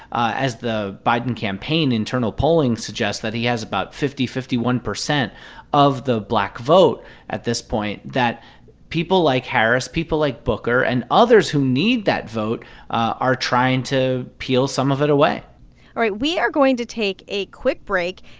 as the biden campaign internal polling suggests, that he has about fifty, fifty one percent of the black vote at this point that people like harris, people like booker and others who need that vote are trying to peel some of it away all right, we are going to take a quick break.